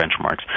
benchmarks